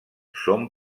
són